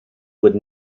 would